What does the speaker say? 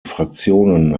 fraktionen